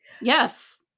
Yes